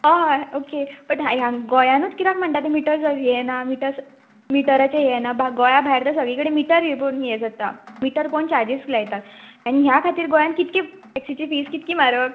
हय okay but why ह्या गोंयानूच कित्याक म्हणटा ते मिटर सर्वीस हें ना मिटर्ज मिटराचें हें ना बा गोंया भायर तर सगळी कडेन मिटर पळोवन हें जाता मिटर पळोवन चार्जीस लायता आनी ह्या खातीर गोंयान कितकी टॅक्सीची फीज कितकी म्हारग